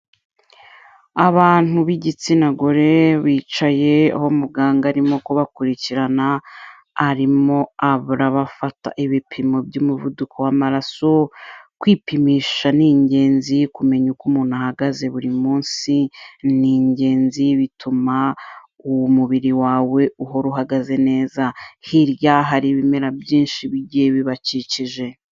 Abantu b'igitsina gore bicaye aho muganga arimo kubakurikirana, arimo arabafata ibipimo by'umuvuduko w'amaraso, kwipimisha ni ingenzi, kumenya uko umuntu ahagaze buri munsi ni ingenzi bituma umubiri wawe uhora uhagaze neza, hirya hari ibimera byinshi bigiye bibakikije.